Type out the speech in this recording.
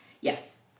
Yes